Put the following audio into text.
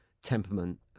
temperament